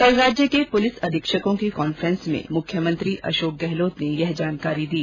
कल राज्य के पुलिस अधीक्षकों की कांफ्रेंस में मुख्यमंत्री अशोक गहलोत ने यह जानकारी दी